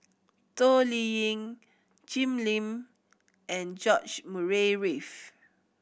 Toh Liying Jim Lim and George Murray Reith